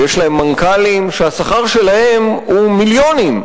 ויש להם מנכ"לים שהשכר שלהם הוא מיליונים,